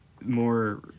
more